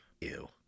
Ew